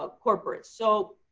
ah corporate. so